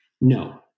No